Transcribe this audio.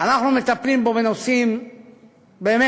אנחנו מטפלים פה בנושאים באמת